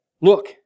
Look